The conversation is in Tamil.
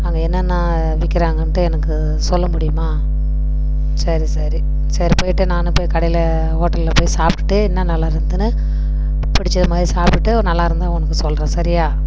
அங்கே என்னன்ன விற்கிறாங்கன்ட்டு எனக்கு சொல்லமுடியுமா சரி சரி சரி போயிட்டு நானே போய் கடையில் ஹோட்டலில் போய் சாப்பிட்டுட்டு என்ன நல்லா இருந்ததுன்னு பிடிச்சது மாதிரி சாப்பிட்டுட்டு நல்லா இருந்தால் உனக்கு சொல்கிறேன் சரியா